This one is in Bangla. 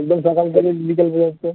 একদম সকাল থেকে বিকেল পর্যন্ত